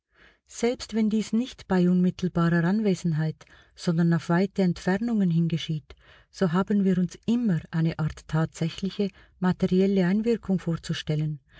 selbst wenn dies nicht bei unmittelbarer anwesenheit sondern auf weite entfernungen hin geschieht so haben wir uns immer eine art tatsächliche materielle einwirkung vorzustellen